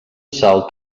salt